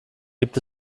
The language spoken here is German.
gibt